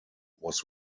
was